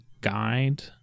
guide